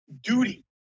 duty